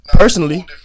Personally